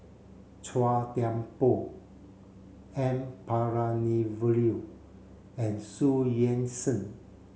Chua Thian Poh N Palanivelu and Xu Yuan Zhen